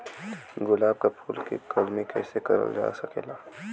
गुलाब क फूल के कलमी कैसे करल जा सकेला?